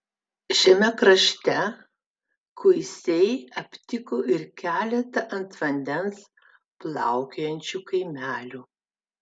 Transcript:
šiame krašte kuisiai aptiko ir keletą ant vandens plaukiojančių kaimelių